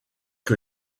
que